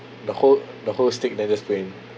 the whole the whole stick never sprain